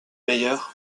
mayer